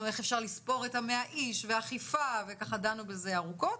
איך אפשר לספור את ה-100 איש ואכיפה ודנו בזה ארוכות.